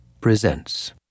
Presents